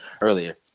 earlier